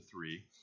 three